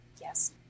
Yes